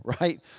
right